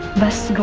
best